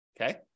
Okay